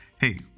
hey